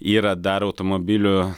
yra dar automobilių